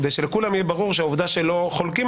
כדי שלכולם יהיה ברור שהעובדה שלא חולקים